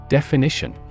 Definition